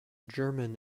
german